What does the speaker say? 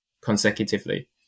consecutively